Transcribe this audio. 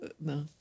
no